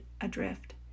adrift